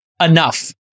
enough